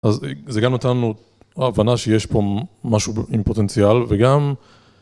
אז זה גם נתנו הבנה שיש פה משהו עם פוטנציאל, וגם...